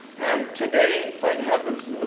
and today, thank heavens,